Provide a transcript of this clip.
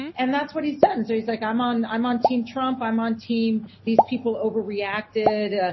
and that's what he's done. so he's like, i'm on i'm on team trump. i'm on team. these people overreacted. ah